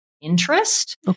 interest